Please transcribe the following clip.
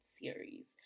Series